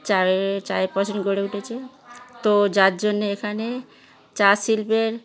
চা ফসল গড়ে উঠেছে তো যার জন্যে এখানে চা শিল্পের